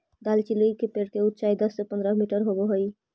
दालचीनी के पेड़ के ऊंचाई दस से पंद्रह मीटर होब हई